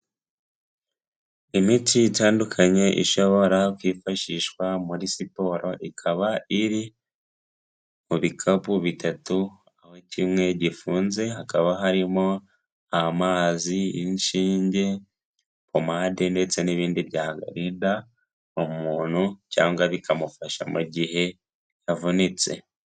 Imiti itandukanye ishobora kwifashishwa muri siporo, ikaba iri mu bikapu bitatu aho kimwe gifunze, hakaba harimo amazi, inshinge, pomade, ndetse n'ibindi byarinda umuntu cyangwa bikamufasha mu gihe avunitse.